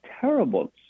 terrible